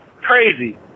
Crazy